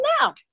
now